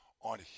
on